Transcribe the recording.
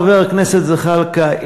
חבר הכנסת זחאלקה,